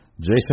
Jason